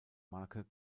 marke